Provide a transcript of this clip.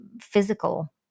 physical